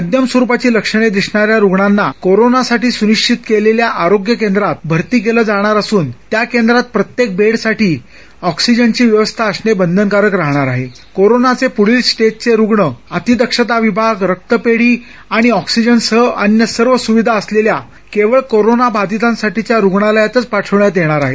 मध्यम स्वरुपाची लक्षणे दिसणाऱ्या रुग्णांना कोरोनासाठी सुनिश्चित केलेल्या आरोग्य केंद्रात भरती केलं जाणार असून त्या केंद्रात प्रत्येक बेडसाठी ऑक्सिजन ची व्यवस्था असणे बंधनकारक राहणार आहे कोरोनाचे पुढील स्टेज चे रुग्ण अतिदक्षता विभाग रक्तपेढी आणि ऑक्सिजन सह अन्य सर्व सुविधा असलेल्या केवळ कोरोना बाधितासाठीच्या रुग्णालयात पाठवण्यात येणार आहेत